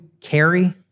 carry